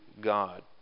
God